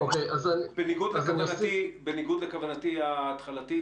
בניגוד לכוונתי ההתחלתית,